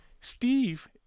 Steve